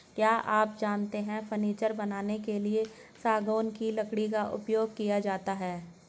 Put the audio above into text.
क्या आप जानते है फर्नीचर बनाने के लिए सागौन की लकड़ी का उपयोग किया जाता है